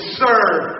serve